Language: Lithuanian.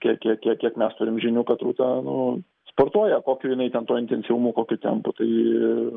kiek kiek kiek mes turim žinių kad rūta nu sportuoja kokiu jinai ten tuo intensyvumu kokiu tempu tai